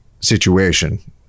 situation